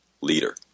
leader